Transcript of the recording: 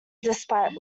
despite